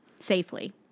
safely